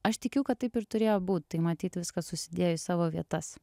aš tikiu kad taip ir turėjo būt tai matyt viskas susidėjo į savo vietas